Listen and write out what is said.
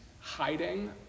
hiding